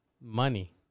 money